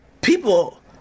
people